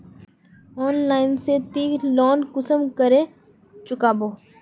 Online से ती loan कुंसम करे चुकाबो?